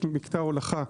יש מקטע הולכה,